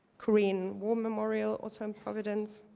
korean war memorial, also in providence.